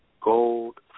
Gold